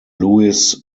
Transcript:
lewis